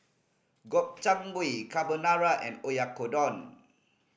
Gobchang Gui Carbonara and Oyakodon